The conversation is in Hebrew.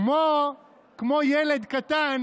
כמו ילד קטן